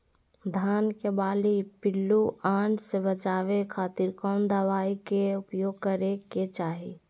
धान के बाली पिल्लूआन से बचावे खातिर कौन दवाई के उपयोग करे के चाही?